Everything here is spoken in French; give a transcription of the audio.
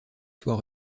soit